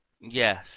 Yes